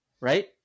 right